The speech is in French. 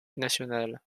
national